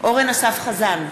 אורן אסף חזן,